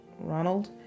Ronald